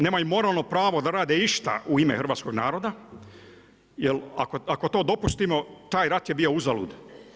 Nemaju moralno pravo da rade išta u ime hrvatskog naroda, jer ako to dopustimo, taj rat je bio uzalud.